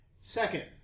Second